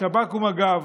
שב"כ ומג"ב